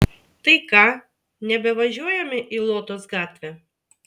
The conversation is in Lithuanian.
tai ką nebevažiuojame į lotos gatvę